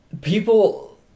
people